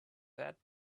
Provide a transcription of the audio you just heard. that